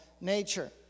nature